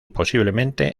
posiblemente